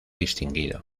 distinguido